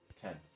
Ten